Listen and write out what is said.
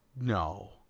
no